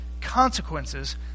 consequences